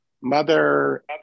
mother